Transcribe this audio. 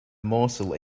morsel